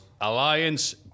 Alliance